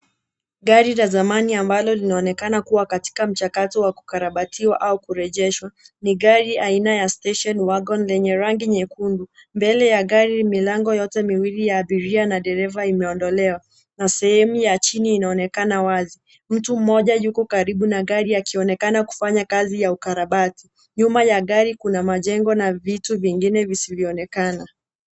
Gari la zamani ambalo linaonekana kuwa katika mchakato wa kukarabatiwa au kurejeshwa. Ni gari aina ya Station Wagon lenye rangi nyekundu. Mbele ya gari, milango yote miwili ya abiria na dereva imeondolewa, na sehemu ya chini inaonekana wazi. Mtu mmoja yuko karibu na gari, akionekana kufanya kazi ya ukarabati. Nyuma ya gari kuna majengo na vitu vingine visivyoonekana.